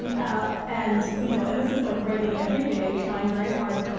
um ah and you know and this is like writing every day, trying very hard.